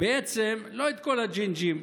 בעצם לא את כל הג'ינג'ים,